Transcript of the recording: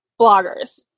bloggers